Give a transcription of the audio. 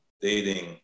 dating